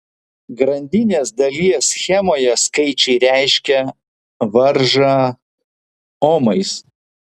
grandinės dalies schemoje skaičiai reiškia varžą omais